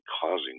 causing